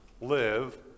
live